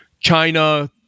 China